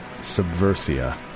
Subversia